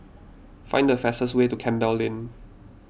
find the fastest way to Campbell Lane